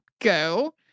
go